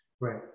Right